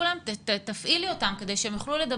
תליית כרזות,